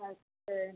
अच्छा